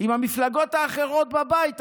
עם המפלגות האחרות בבית,